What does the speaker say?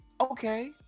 okay